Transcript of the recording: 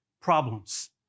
problems